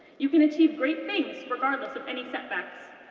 you can achieve great things regardless of any setbacks.